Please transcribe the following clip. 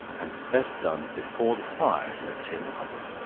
and is best done before the fire in a tin oven.